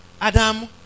Adam